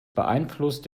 beeinflusst